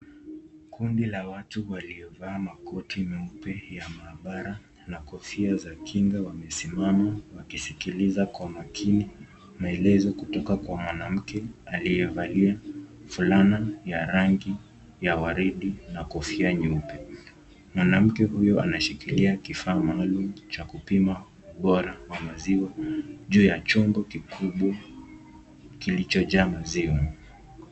Kundi la watu waliovaa makoti meupe ya maabara na kofia za kinga wamesimama wakisikiliza kwa makini maelezo kutoka kwa mwanamke aliyevalia fulana ya rangi ya waridi na kofia nyeupe. Mwanamke huyu anashikilia kifaa maalum cha kupima bora wa maziwa juu ya chungu kikubwa kilicho jaa maziwa.